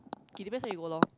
it depends where you go loh